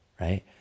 right